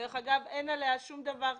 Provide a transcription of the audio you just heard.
דרך אגב, אין עליה שום דבר כתוב,